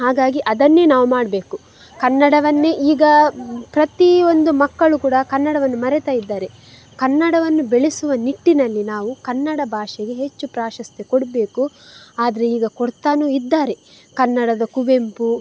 ಹಾಗಾಗಿ ಅದನ್ನೇ ನಾವು ಮಾಡಬೇಕು ಕನ್ನಡವನ್ನೆ ಈಗ ಪ್ರತಿಒಂದು ಮಕ್ಕಳು ಕೂಡ ಕನ್ನಡವನ್ನು ಮರೀತಾಯಿದ್ದಾರೆ ಕನ್ನಡವನ್ನು ಬೆಳೆಸುವ ನಿಟ್ಟಿನಲ್ಲಿ ನಾವು ಕನ್ನಡ ಭಾಷೆಗೆ ಹೆಚ್ಚು ಪ್ರಾಶಸ್ತ್ಯ ಕೊಡಬೇಕು ಆದರೆ ಈಗ ಕೊಡ್ತಾನು ಇದ್ದಾರೆ ಕನ್ನಡದ ಕುವೆಂಪು